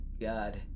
God